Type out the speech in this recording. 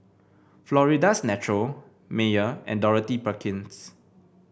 Florida's Natural Mayer and Dorothy Perkins